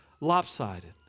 lopsided